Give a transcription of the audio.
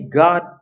God